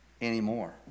anymore